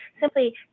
Simply